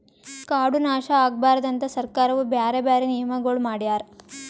ಕಾಡು ನಾಶ ಆಗಬಾರದು ಅಂತ್ ಸರ್ಕಾರವು ಬ್ಯಾರೆ ಬ್ಯಾರೆ ನಿಯಮಗೊಳ್ ಮಾಡ್ಯಾರ್